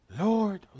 Lord